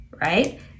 right